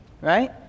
Right